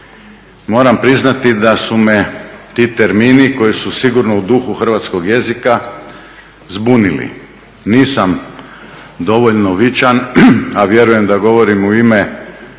Moram priznati da su me ti termini koji su sigurno u duhu hrvatskog jezika zbunili. Nisam dovoljno vičan, a vjerujem da govorim u ime